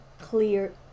clear